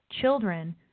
children